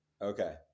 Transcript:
Okay